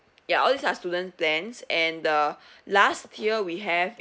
ya all these are student plans and the last tier we have